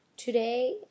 Today